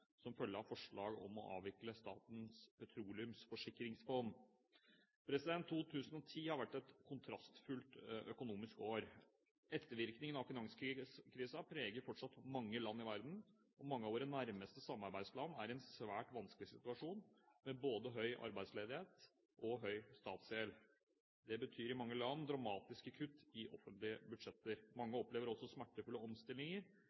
som følge av forslag om å avvikle Statens petroleumsforsikringsfond. 2010 har vært et kontrastfylt økonomisk år. Ettervirkningene av finanskrisen preger fortsatt mange land i verden, og mange av våre nærmeste samarbeidsland er i en svært vanskelig situasjon med både høy arbeidsledighet og høy statsgjeld. Det betyr i mange land dramatiske kutt i offentlige budsjetter. Mange opplever også smertefulle omstillinger